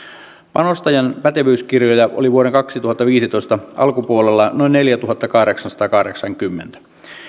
panostajan pätevyyskirjoja oli vuoden kaksituhattaviisitoista alkupuolella noin neljätuhattakahdeksansataakahdeksankymmentä